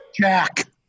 jack